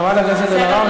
חברת הכנסת אלהרר,